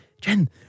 Jen